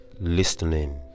listening